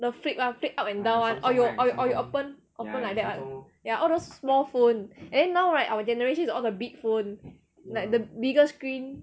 the flip one the flip up and down one or you or you or you open open like that one ya all those small phone and then now right our generation is all the big phone like the bigger screen